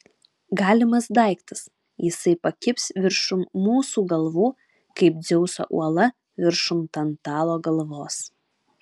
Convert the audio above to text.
galimas daiktas jisai pakibs viršum mūsų galvų kaip dzeuso uola viršum tantalo galvos